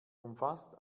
umfasst